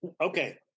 Okay